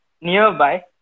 nearby